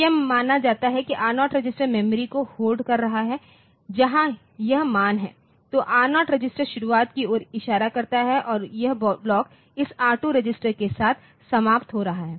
तो यह माना जाता है कि R0 रजिस्टर मेमोरी को होल्ड कर रहा है जहां यह मान हैं तो R0 रजिस्टर शुरुआत की ओर इशारा करता है और यह ब्लॉक इस R2 रजिस्टर के साथ समाप्त हो रहा है